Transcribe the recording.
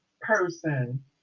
person